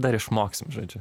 dar išmoksim žodžiu